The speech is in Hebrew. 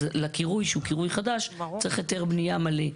אז לקירוי שהוא קירוי חדש צריך היתר בנייה מלא,